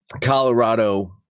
Colorado